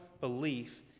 belief